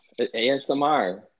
ASMR